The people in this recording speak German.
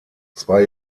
zwei